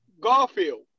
Garfield